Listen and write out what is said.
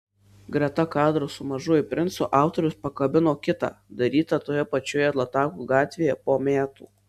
greta kadro su mažuoju princu autorius pakabino kitą darytą toje pačioje latako gatvėje po metų